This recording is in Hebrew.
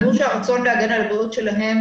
כמו שהרצון להגן על הבריאות שלהם,